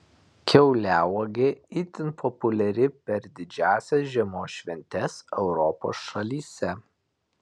kiauliauogė itin populiari per didžiąsias žiemos šventes europos šalyse